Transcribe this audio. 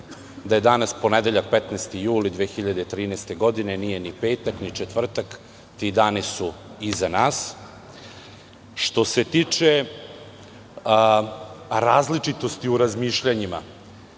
da je danas ponedeljak 15. jul 2013. godine. Nije ni petak. Nije ni četvrtak. Ti dani su iza nas. Što se tiče različitosti u razmišljanjima,